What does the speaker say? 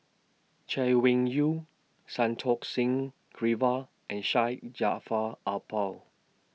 Chay Weng Yew Santokh Singh Grewal and Syed Jaafar Albar